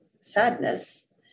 sadness